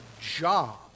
job